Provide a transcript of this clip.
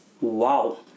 Wow